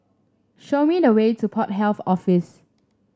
show me the way to Port Health Office